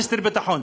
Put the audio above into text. מיסטר ביטחון.